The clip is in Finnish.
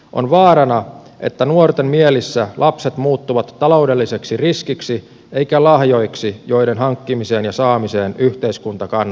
on vaarana että nuorten mielissä lapset muuttuvat taloudelliseksi riskiksi eivätkä lahjoiksi joiden hankkimiseen ja saamiseen yhteiskunta kannustaisi